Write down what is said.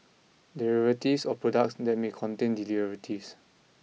derivatives or products that may contain derivatives